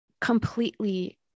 completely